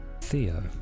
Theo